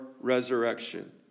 resurrection